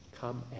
Come